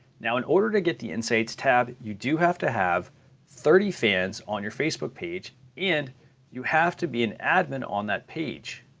now in order to get the insights tab you do have to have thirty fans on your facebook page and you have to be an admin on that page.